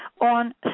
on